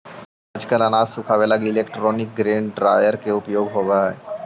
आजकल अनाज सुखावे लगी इलैक्ट्रोनिक ग्रेन ड्रॉयर के उपयोग होवऽ हई